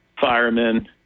firemen